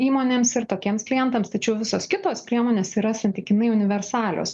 įmonėms ir tokiems klientams tačiau visos kitos priemonės yra santykinai universalios